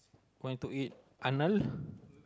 going to eat Arnold's